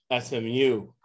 SMU